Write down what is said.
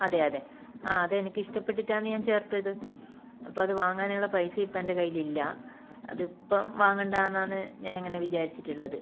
അതെ അതെ ആ അതെനിക്ക് ഇഷ്ടപ്പെട്ടിട്ടാണ് ഞാൻ ചേർത്തത് അപ്പോൾ അത് വാങ്ങാനുള്ള പൈസ ഇപ്പം എൻ്റെ കയ്യിലില്ല അതിപ്പം വാങ്ങണ്ടായെന്നാണ് ഞാൻ അങ്ങനെ വിചാരിച്ചിട്ടുള്ളത്